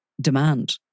demand